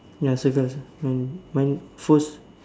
ya circle mine mine first